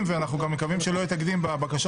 ואנחנו גם מקווים שלא יהיה תקדים בבקשות